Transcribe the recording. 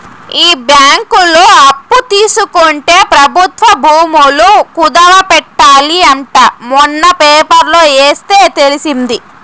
ఈ బ్యాంకులో అప్పు తీసుకుంటే ప్రభుత్వ భూములు కుదవ పెట్టాలి అంట మొన్న పేపర్లో ఎస్తే తెలిసింది